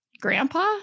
Grandpa